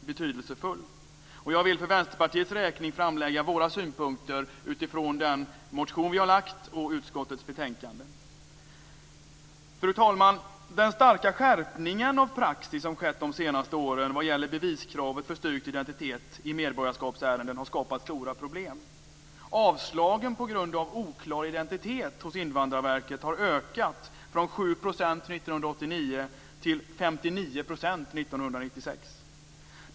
Jag vill för Vänsterpartiets räkning framlägga våra synpunkter utifrån den motion vi har väckt till utskottets betänkande. Fru talman! Den starka skärpning av praxis som skett de senaste åren vad gäller beviskravet för styrkt identitet i medborgarskapsärenden har skapat stora problem. Avslagen hos Invandrarverket på grund av oklar identitet har ökat från 7 % år 1989 till 59 % år 1996.